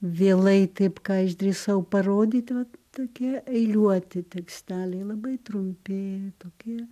vėlai taip ką išdrįsau parodyti vat tokie eiliuoti teksteliai labai trumpi tokie